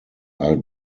are